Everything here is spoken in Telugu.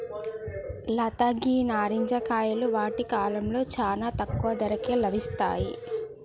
లత గీ నారింజ కాయలు వాటి కాలంలో చానా తక్కువ ధరకే లభిస్తాయి